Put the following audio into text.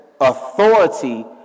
authority